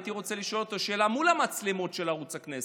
הייתי רוצה לשאול אותו שאלה מול המצלמות של ערוץ הכנסת: